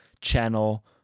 channel